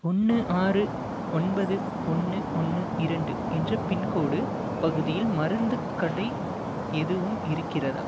ஒன்று ஆறு ஒன்பது ஒன்று ஒன்று இரண்டு என்ற பின்கோடு பகுதியில் மருந்துக் கடை எதுவும் இருக்கிறதா